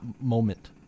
moment